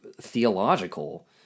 theological